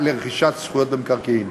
בעניין רכישת זכויות במקרקעין,